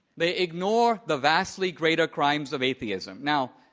they ignore the vastly greater crimes of atheism. now,